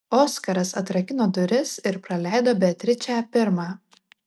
oskaras atrakino duris ir praleido beatričę pirmą